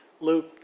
Luke